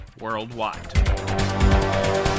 worldwide